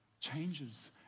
changes